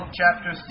chapter